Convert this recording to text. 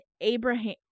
Abraham